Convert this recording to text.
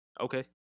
Okay